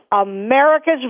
America's